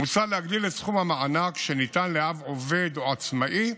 מוצע להגדיל את סכום המענק שניתן לאב עובד או עצמאי,